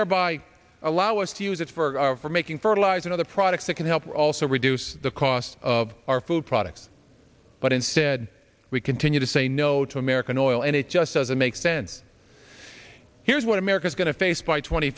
thereby allow us to use it for making fertilizing other products that can help also reduce the cost of our food products but instead we continue to say no to american oil and it just doesn't make sense here's what america's going to face by tw